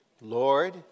Lord